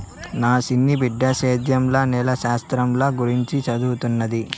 నా సిన్న బిడ్డ సేద్యంల నేల శాస్త్రంల గురించి చదవతన్నాది